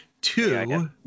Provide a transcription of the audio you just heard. Two